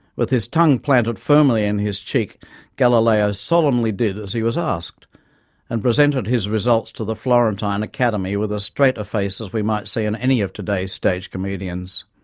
with his tongue planted firmly in his cheek galileo solemnly did as he was asked and presented his results to the florentine academy with as ah straight a face as we might see on any of today's stage comedians.